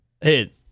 Hey